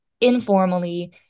informally